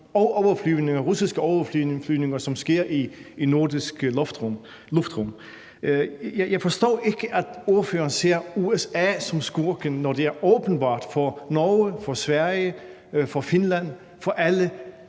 de russiske overflyvninger, som sker i det nordiske luftrum? Jeg forstår ikke, at ordføreren ser USA som skurken, når det er åbenbart for Norge, for Sverige, for Finland, for alle,